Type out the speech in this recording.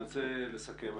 אני רוצה לסכם.